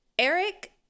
Eric